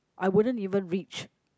I wouldn't even reach